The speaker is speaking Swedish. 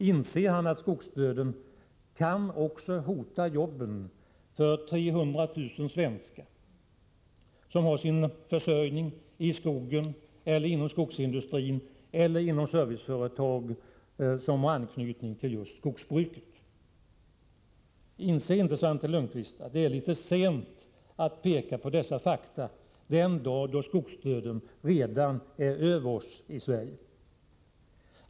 Inser han att skogsdöden också kan hota jobben för 300 000 svenskar som har sin försörjning i skogen eller inom skogsindustrin eller inom serviceföretag som har anknytning till just skogsbruket? Inser Svante Lundkvist att det är litet sent att peka på dessa fakta den dag då skogsdöden redan är över oss?